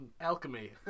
alchemy